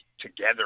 Together